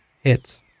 Hits